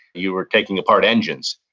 you were taking apart engines.